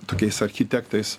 tokiais architektais